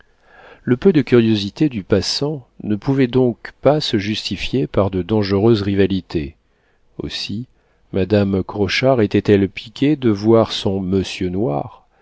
le peu de curiosité du passant ne pouvait donc pas se justifier par de dangereuses rivalités aussi madame crochard était-elle piquée de voir son monsieur noir